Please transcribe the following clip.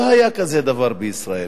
לא היה דבר כזה בישראל,